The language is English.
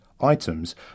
items